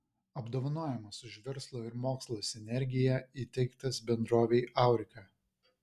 apdovanojimas už verslo ir mokslo sinergiją įteiktas bendrovei aurika